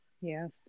Yes